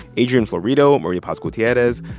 adrian florido, maria paz gutierrez,